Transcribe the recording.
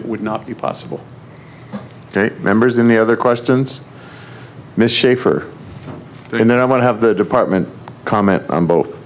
it would not be possible members of the other questions miss schaefer and then i want to have the department comment on both